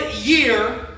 year